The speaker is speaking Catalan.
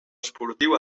esportiu